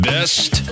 Best